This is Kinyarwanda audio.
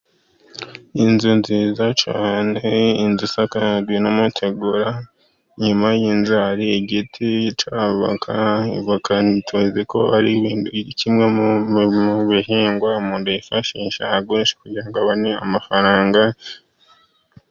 Inzu nziza cyane, inzu isakaje n'amategura, inyuma y'inzu hari igiti cya voka. Ivoka tuziko ari kimwe mu mu bihingwa umuntu yifashisha agurisha kugira ngo abone amafaranga.